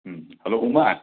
hello ꯎꯃꯥ